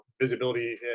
visibility